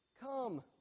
Come